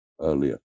earlier